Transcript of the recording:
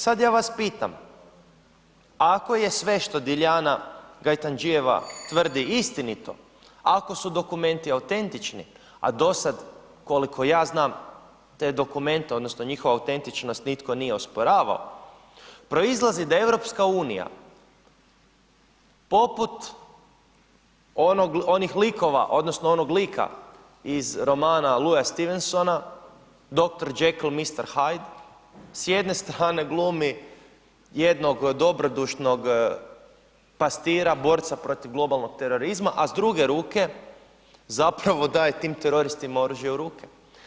Sad ja vas pitam ako je sve što Dilijana Gajtandžijeva tvrdi istinito, ako su dokumenti autentični a do sada koliko ja znam te dokumente, odnosno njihovu autentičnost nitko nije osporavao proizlazi da je EU poput onih likova, odnosno onog lika iz romana Louisa Stevensona Dr. Jekyll and Mr. Hyde, s jedne strane glumi jednog dobrodušnog pastira, borca protiv globalnog terorizma a s druge ruke zapravo daje tim teroristima oružje u ruke.